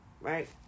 right